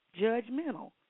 judgmental